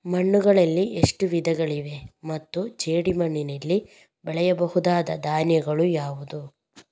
ಮಣ್ಣುಗಳಲ್ಲಿ ಎಷ್ಟು ವಿಧಗಳಿವೆ ಮತ್ತು ಜೇಡಿಮಣ್ಣಿನಲ್ಲಿ ಬೆಳೆಯಬಹುದಾದ ಧಾನ್ಯಗಳು ಯಾವುದು?